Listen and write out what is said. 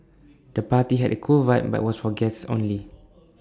the party had A cool vibe but was for guests only